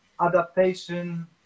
adaptation